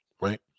Right